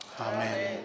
Amen